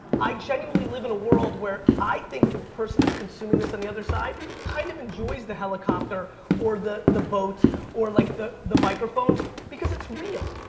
i genuinely live in a world where i think the person that's consuming this on the other side kind of enjoys the helicopter or the the boat or like the the microphone because it's real,